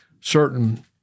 certain